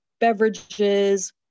beverages